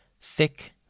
thick